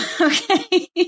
Okay